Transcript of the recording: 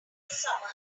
summer